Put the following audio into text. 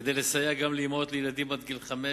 כדי לסייע גם לאמהות לילדים עד גיל חמש